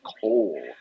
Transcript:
coal